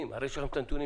הרי יש לכם את הנתונים,